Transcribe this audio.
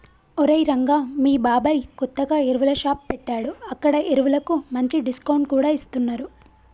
ఒరేయ్ రంగా మీ బాబాయ్ కొత్తగా ఎరువుల షాప్ పెట్టాడు అక్కడ ఎరువులకు మంచి డిస్కౌంట్ కూడా ఇస్తున్నరు